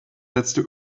letzte